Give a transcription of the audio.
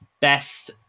best